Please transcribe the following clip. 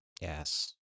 Yes